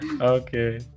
Okay